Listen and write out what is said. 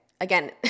Again